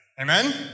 Amen